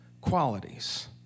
qualities